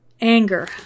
anger